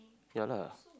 yeah lah